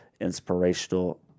inspirational